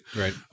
Right